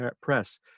Press